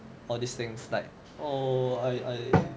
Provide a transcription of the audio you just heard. all these things like oh I I